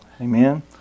Amen